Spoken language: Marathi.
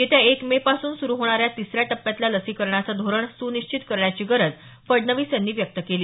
येत्या एक मे पासून सुरू होणाऱ्या तिसऱ्या टप्प्यातल्या लसीकरणाचं धोरण सुनिश्चित करण्याची गरज फडणवीस यांनी व्यक्त केली